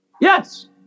Yes